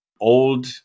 old